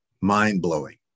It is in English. mind-blowing